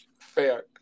Fair